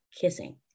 kissing